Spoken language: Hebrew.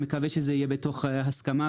מקווה שזה יהיה בתוך הסכמה,